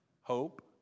Hope